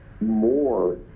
more